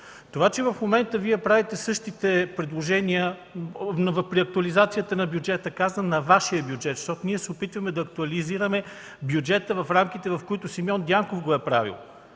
Така че в момента Вие правите същите предложения при актуализацията на бюджета, на Вашия бюджет, защото ние се опитваме да актуализираме бюджета в рамките, в които Симеон Дянков го е правил,